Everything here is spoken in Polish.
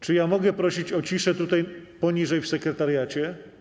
Czy mogę prosić o ciszę tutaj poniżej, w sekretariacie?